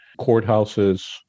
Courthouses